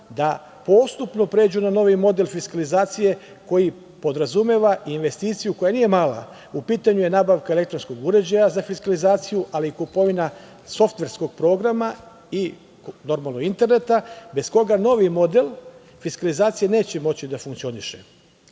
da postupno pređu na novi model fiskalizacije, koji podrazumeva i investiciju koja nije mala, u pitanju je nabavka elektronskog uređaja za fiskalizaciju, ali i kupovina softverskog programa i normalno interneta, bez koga novi model fiskalizacije neće moći da funkcioniše. Skrenuo